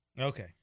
Okay